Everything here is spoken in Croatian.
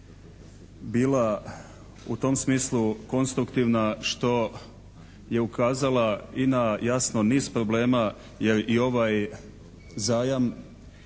bila u tom smislu konstruktivna što je ukazala i na jasno niz problema jer i ovaj zajam